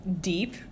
deep